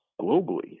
globally